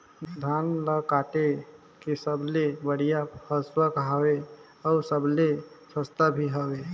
धान ल काटे के सबले बढ़िया हंसुवा हवये? अउ सबले सस्ता भी हवे?